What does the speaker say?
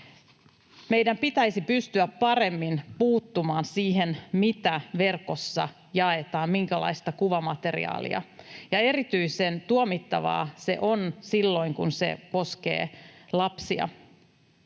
Meidän pitäisi pystyä paremmin puuttumaan siihen, mitä verkossa jaetaan — minkälaista kuvamateriaalia — ja erityisen tuomittavaa se on silloin, kun se koskee lapsia.